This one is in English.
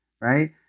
right